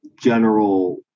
general